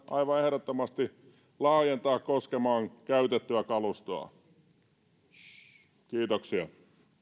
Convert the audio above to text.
aivan ehdottomasti laajentaa koskemaan käytettyä kalustoa kiitoksia